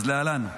אז להלן.